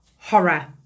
Horror